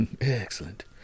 Excellent